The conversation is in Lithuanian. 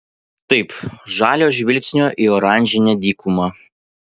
taip žalio žvilgsnio į oranžinę dykumą